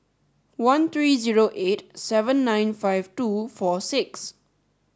one three zero eight seven nine five two four six